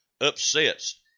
upsets